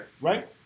Right